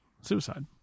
suicide